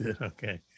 Okay